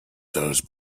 those